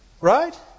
Right